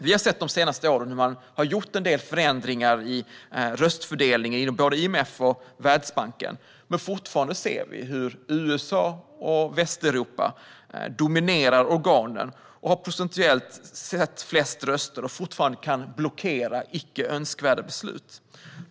Vi har sett hur man de senaste åren har gjort en del förändringar i röstfördelningen både inom IMF och Världsbanken, men fortfarande är det USA och Västeuropa som dominerar organen och har procentuellt sett flest röster och kan blockera icke önskvärda beslut.